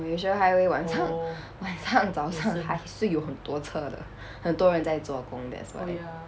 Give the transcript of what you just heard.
malaysia highway 晚上晚上早上还是有很多车的很多人在做工 zuo gong that's why